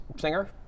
singer